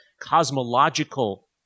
cosmological